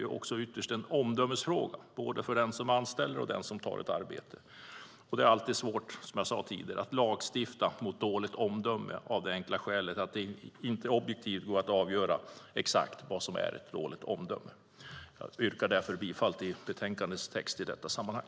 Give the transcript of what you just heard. Det är ytterst en omdömesfråga både för den som anställer och för den som tar ett arbete. Det är alltid svårt att lagstifta mot dåligt omdöme av det enkla skälet att det inte objektivt går att avgöra exakt vad som är dåligt omdöme. Jag yrkar därför bifall till förslaget i betänkandet i detta sammanhang.